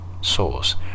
Source